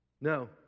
No